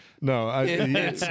No